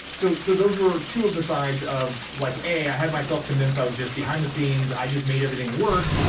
so so those were two of the sides of like a, i had myself convinced i was just behind the scenes, i just made everything work.